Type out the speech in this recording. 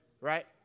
right